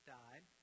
died